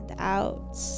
out